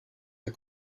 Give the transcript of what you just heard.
der